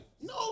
No